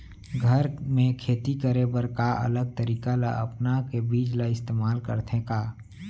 घर मे खेती करे बर का अलग तरीका ला अपना के बीज ला इस्तेमाल करथें का?